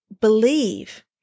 believe